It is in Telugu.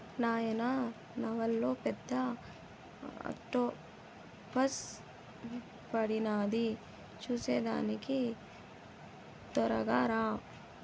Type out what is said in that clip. నాయనా నావలో పెద్ద ఆక్టోపస్ పడినాది చూసేదానికి తొరగా రా